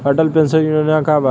Atal pension योजना का बा?